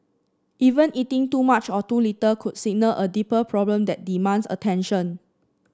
even eating too much or too little could signal a deeper problem that demands attention